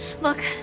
Look